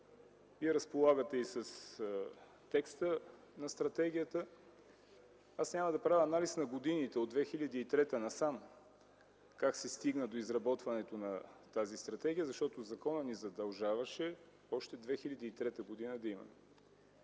Разполагате и с текста на стратегията. Няма да правя анализ на годините от 2003 г. насам как се стигна до изработването на тази стратегия, защото законът ни задължаваше още през 2003 г. да имаме.